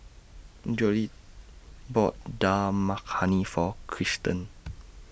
Jolette bought Dal Makhani For Cristen